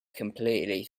completely